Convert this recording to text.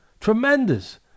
Tremendous